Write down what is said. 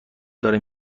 داره